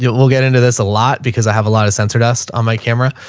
yeah we'll get into this a lot because i have a lot of sensor dust on my camera. ah,